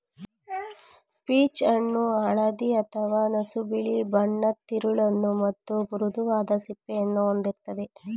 peach ಹಣ್ಣು ಹಳದಿ ಅಥವಾ ನಸುಬಿಳಿ ಬಣ್ಣದ್ ತಿರುಳನ್ನು ಮತ್ತು ಮೃದುವಾದ ಸಿಪ್ಪೆಯನ್ನು ಹೊಂದಿರ್ತದೆ